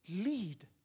lead